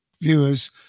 viewers